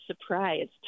surprised